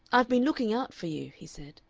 i've been looking out for you, he said.